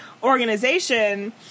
organization